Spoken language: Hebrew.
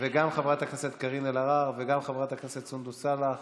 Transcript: וגם חברת הכנסת קארין אלהרר וגם חברת הכנסת סונדוס סאלח.